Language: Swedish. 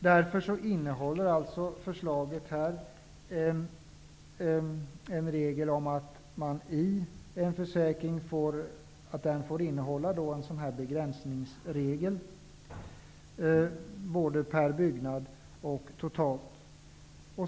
Därför föreslås att en försäkring får innehålla en begränsningsregel, både per byggnad och totalt.